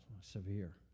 severe